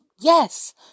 yes